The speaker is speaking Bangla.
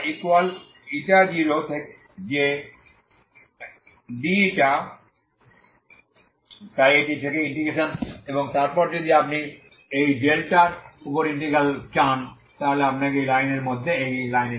থেকে ইকুয়াল 0 যে dη তাই এটি থেকে ইন্টিগ্রেশন এবং তারপর যদি আপনি এই ডেল্টা র উপর ইন্টিগ্রাল চান তাহলে আপনাকে এই লাইনের মধ্যে এই লাইনে